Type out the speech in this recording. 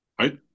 right